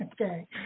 Okay